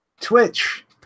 Twitch